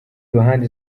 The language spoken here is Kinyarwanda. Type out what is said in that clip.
ruhande